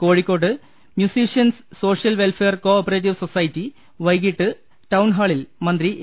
Kozhikode musicians social welfare cooperative society വൈകിട്ട് ടൌൺഹാളിൽ മന്ത്രി എ